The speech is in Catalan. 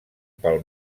pel